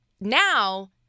now